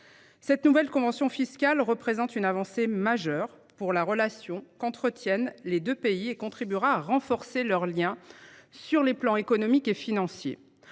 Cette nouvelle convention fiscale représente une avancée majeure pour les relations entre nos deux pays. Elle contribuera à renforcer leurs liens tant économiques que financiers